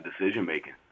decision-making